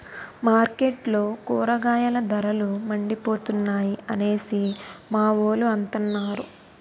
మార్కెట్లో కూరగాయల ధరలు మండిపోతున్నాయి అనేసి మావోలు అంతన్నారు